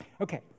Okay